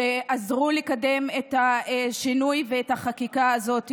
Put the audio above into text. שעזרו לקדם את השינוי ואת החקיקה הזאת,